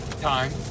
time